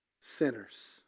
sinners